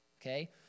Okay